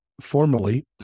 formally